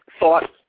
Thought